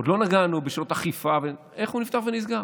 עוד לא נגענו בשעות אכיפה, איך הוא נפתח ונסגר?